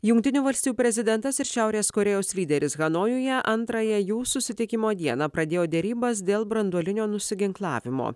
jungtinių valstijų prezidentas ir šiaurės korėjos lyderis hanojuje antrąją jų susitikimo dieną pradėjo derybas dėl branduolinio nusiginklavimo